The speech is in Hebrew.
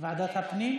ועדת הפנים?